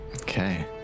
Okay